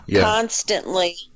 Constantly